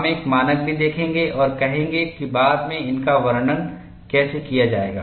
हम एक मानक भी देखेंगे और कहेंगे कि बाद में इनका वर्णन कैसे किया जाएगा